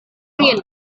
angin